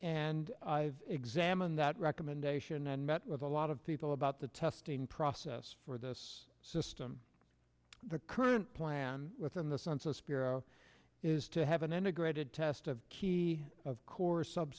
and i've examined that recommendation and met with a lot of people about the testing process for this system the current plan within the census bureau is to have an integrated test of key of course sub